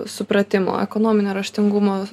supratimo ekonominio raštingumo